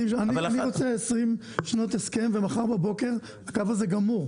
אני רוצה 20 שנות הסכם ומחר בבוקר הקו הזה גמור,